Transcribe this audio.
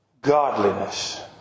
godliness